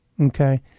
Okay